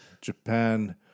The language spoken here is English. Japan